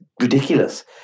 ridiculous